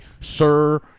sir